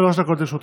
שלוש דקות לרשותך.